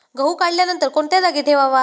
गहू काढल्यानंतर कोणत्या जागी ठेवावा?